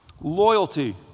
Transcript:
Loyalty